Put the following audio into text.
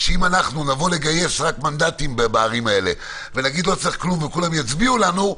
אם נגייס רק מנדטים בערים האלה ונגיד שלא צריך כלום וכולם יצביעו לנו,